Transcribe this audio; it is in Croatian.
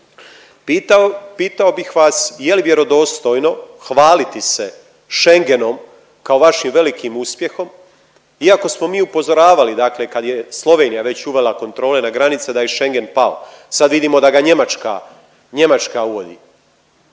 Pitao bih vas je li vjerodostojno hvaliti se Schengenom kao vašim velikim uspjehom iako smo mi upozoravali, dakle kad je već Slovenija uvela kontrole na granice, da je Schengen pao. Sad vidimo da ga Njemačka uvodi.